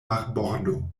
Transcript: marbordo